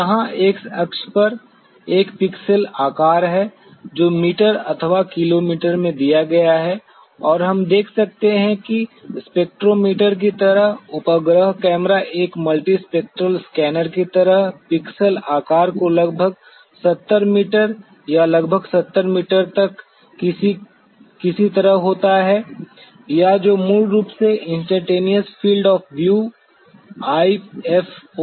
तो यहाँ एक्स अक्ष पर एक पिक्सेल आकार है जो मीटर अथवा किलोमीटर में दिया गया है और हम देख सकते हैं कि स्पेक्ट्रोमीटर की तरह उपग्रह कैमरा एक मल्टीस्पेक्ट्रल स्कैनर की तरह पिक्सेल आकार के लगभग 70 मीटर या लगभग 70 मीटर तक किसी तरह का होता है या जो मूल रूप से इंस्टैन्टेनियस फील्ड ऑफ वीयू के रूप में जाना जाता है